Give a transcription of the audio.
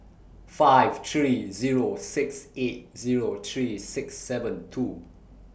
five three Zero six eight Zero three six seven two